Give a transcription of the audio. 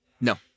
No